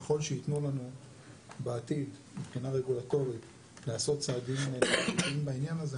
ככל שיתנו לנו בעתיד מבחינה רגולטורית לעשות צעדים בעניין הזה,